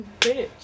bitch